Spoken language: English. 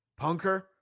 Punker